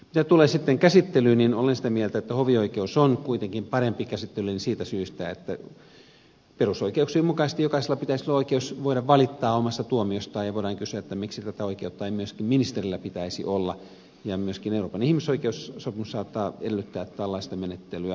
mitä tulee sitten käsittelyyn niin olen sitä mieltä että hovioikeus on kuitenkin parempi käsittely siitä syystä että perusoikeuksien mukaisesti jokaisella pitäisi olla oikeus voida valittaa omasta tuomiostaan ja voidaan kysyä miksi tätä oikeutta ei myöskin ministerillä pitäisi olla ja myöskin euroopan ihmisoikeussopimus saattaa edellyttää tällaista menettelyä